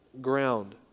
ground